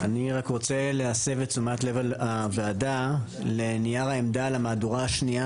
אני רוצה להסב תשומת לב הוועדה לנייר העמדה למהדורה השנייה